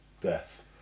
death